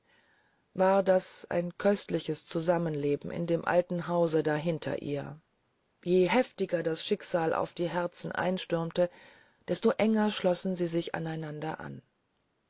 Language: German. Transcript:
war das ein köstliches zusammenleben in dem alten hause da hinter ihr je heftiger das schicksal auf die herzen einstürmte desto enger schlossen sie sich aneinander an